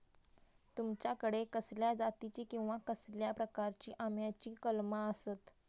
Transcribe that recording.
तुमच्याकडे कसल्या जातीची किवा कसल्या प्रकाराची आम्याची कलमा आसत?